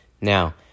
Now